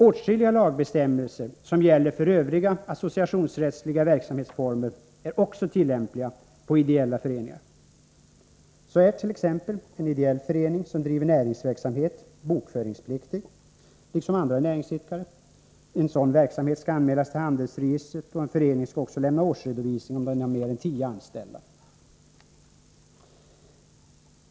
Åtskilliga lagbestämmelser, som gäller för övriga associationsrättsliga verksamhetsformer, är också tillämpliga på ideella föreningar. Så är t.ex. en ideell förening som driver näringsverksamhet bokföringspliktig, liksom andra näringsidkare. En sådan verksamhet skall anmälas till handelsregistret, och en förening skall också lämna årsredovisning, om den har mer än tio anställda.